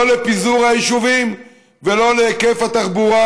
לא לפיזור היישובים ולא להיקף התחבורה,